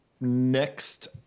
next